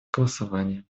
голосования